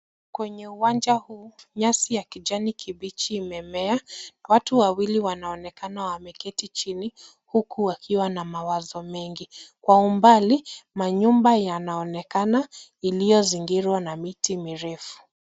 Kwenye uwanja huu, nyasi ya kijani kibichi imemea. Watu wawili wanaonekana wameketi chini, huku wakiwa na mawazo mengi. Kwa umbali manyumba yanaonekana iliyozingirwa na miti mirefu.